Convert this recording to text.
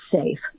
safe